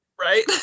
right